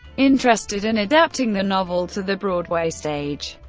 interested in adapting the novel to the broadway stage.